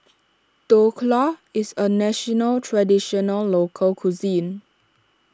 Dhokla is a Traditional Local Cuisine